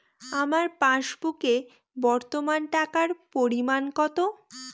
আমার পাসবুকে বর্তমান টাকার পরিমাণ কত?